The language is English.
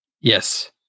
Yes